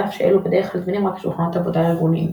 על אף שאלו בדרך כלל זמינים רק לשולחנות עבודה ארגוניים.